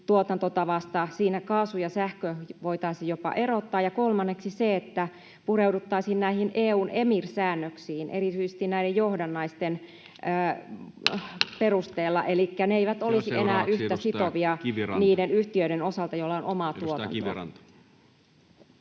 fossiilituotantotavasta — siinä kaasu ja sähkö voitaisiin jopa erottaa — ja kolmanneksi se, että pureuduttaisiin näihin EU:n EMIR-säännöksiin erityisesti näiden johdannaisten perusteella, niin että ne eivät olisi enää yhtä sitovia niiden yhtiöiden osalta, joilla on omaa tuotantoa.